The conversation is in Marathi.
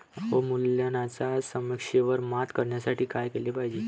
अवमूल्यनाच्या समस्येवर मात करण्यासाठी काय केले पाहिजे?